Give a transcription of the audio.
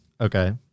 Okay